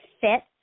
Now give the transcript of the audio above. fit